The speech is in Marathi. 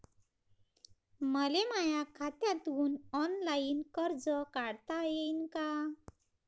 मले माया खात्यातून ऑनलाईन कर्ज काढता येईन का?